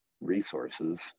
resources